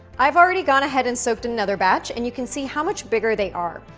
i've already gone ahead and soaked another batch and you can see how much bigger they are.